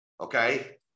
okay